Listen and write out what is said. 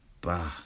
Bah